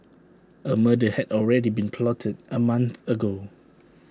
A murder had already been plotted A month ago